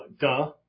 duh